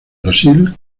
brasil